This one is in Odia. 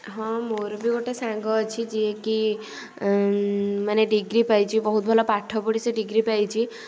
ହଁ ମୋର ବି ଗୋଟେ ସାଙ୍ଗ ଅଛି ଯିଏ କି ମାନେ ଡିଗ୍ରୀ ପାଇଛି ବହୁତ ଭଲ ପାଠ ପଢ଼ି ସିଏ ଡିଗ୍ରୀ ପାଇଛି